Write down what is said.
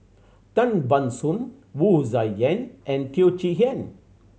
Tan Ban Soon Wu Tsai Yen and Teo Chee Hean